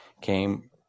came